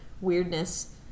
weirdness